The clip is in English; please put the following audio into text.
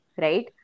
right